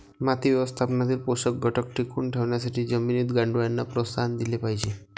माती व्यवस्थापनातील पोषक घटक टिकवून ठेवण्यासाठी जमिनीत गांडुळांना प्रोत्साहन दिले पाहिजे